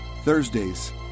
Thursdays